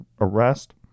arrest